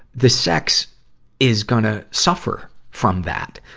the sex is gonna suffer from that,